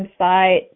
website